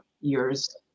years